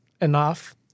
enough